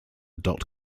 dot